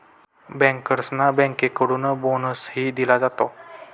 बँकर्सना बँकेकडून बोनसही दिला जातो